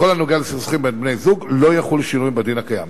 בכל הנוגע לסכסוכים בין בני-זוג לא יחול שינוי בדין הקיים.